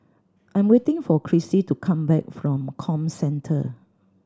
I'm waiting for Crissy to come back from Comcentre